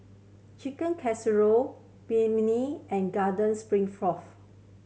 Chicken Casserole Banh Mi and Garden